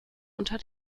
unter